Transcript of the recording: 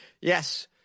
Yes